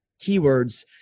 keywords